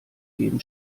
eben